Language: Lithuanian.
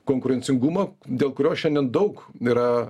konkurencingumą dėl kurio šiandien daug yra